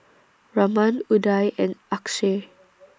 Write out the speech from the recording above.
Raman Udai and Akshay